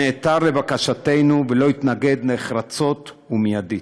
שנעתר לבקשתנו ולא התנגד נחרצות ומיידית.